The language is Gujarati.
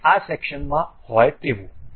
કંઈક આ સેક્શનમાં હોય તેવું